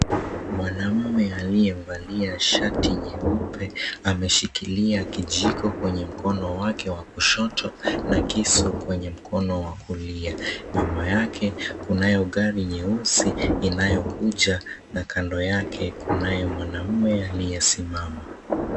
Mwanaume aliyevalia shati nyeupe ameshikilia kijiko kwenye mkono wake wa kushoto na kisu kwenye mkono wa kulia. Nyuma yake kunayo gari nyeusi inayokuja na kando yake kunaye mwanaume aliyesimama.